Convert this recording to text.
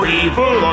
evil